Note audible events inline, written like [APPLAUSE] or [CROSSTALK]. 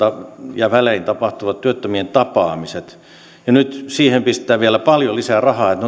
välein tapahtuvat työttömien tapaamiset nyt siihen pistetään vielä paljon lisää rahaa että [UNINTELLIGIBLE]